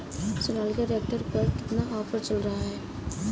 Sonalika tractor पर कितना offer चल रहा है?